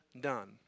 done